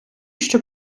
щоб